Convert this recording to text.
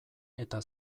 eta